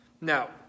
Now